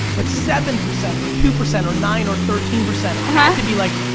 but seven percent or two percent or nine or thirteen percent had to be like